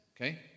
Okay